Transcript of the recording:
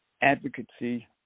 advocacy